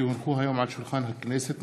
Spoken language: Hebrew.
כי הונחו היום על שולחן הכנסת,